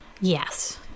yes